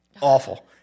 Awful